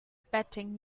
betting